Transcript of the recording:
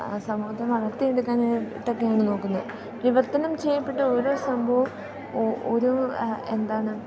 സമൂഹത്തെ വളർത്തിയെടുക്കാനായിട്ടൊക്കെയാണ് നോക്കുന്നത് വിവർത്തനം ചെയ്യപ്പെട്ട ഓരോ സംഭവവും ഒരു എന്താണ്